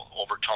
overtone